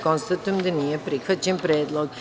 Konstatujem da nije prihvaćen predlog.